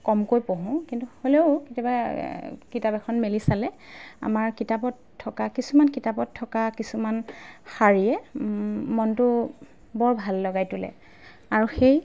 কমকৈ পঢ়োঁ কিন্তু হ'লেও কেতিয়াবা কিতাপ এখন মেলি চালে আমাৰ কিতাপত থকা কিছুমান কিতাপত থকা কিছুমান শাৰীয়ে মনটো বৰ ভাল লগাই তোলে আৰু সেই